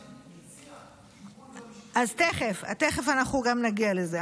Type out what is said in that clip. אז תכף, אנחנו נגיע גם לזה.